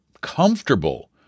comfortable